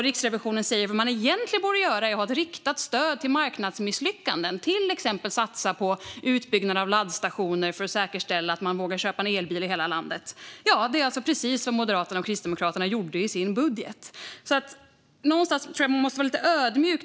Riksrevisionen säger att det man egentligen borde göra är att ha ett riktat stöd till marknadsmisslyckanden och till exempel satsa på utbyggnad av laddstationer för att säkerställa att människor i hela landet vågar köpa en elbil. Det är alltså precis vad Moderaterna och Kristdemokraterna gjorde i sin budget. Någonstans tror jag att man måste vara lite ödmjuk.